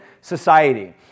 society